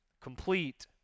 complete